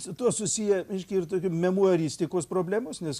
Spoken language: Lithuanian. su tuo susiję reiškia ir tokio memuaristikos problemos nes